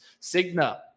Cigna